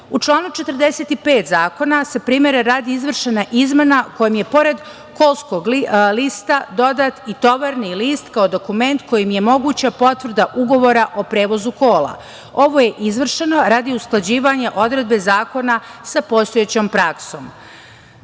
članu 45. zakona se primera radi, radi izvršena izmena kojim je pored kolskog lista, dodat i tovarni list kao dokument kojim je moguća potvrda Ugovora o prevozu kola. Ovo je izvršeno radi usklađivanja Odredbe zakona sa postojećom praksom. Predlog